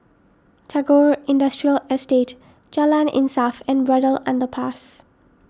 Tagore Industrial Estate Jalan Insaf and Braddell Underpass